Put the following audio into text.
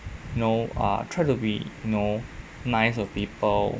you know err try to be you know nice to people